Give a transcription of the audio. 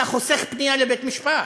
אתה חוסך פנייה אל בית-משפט,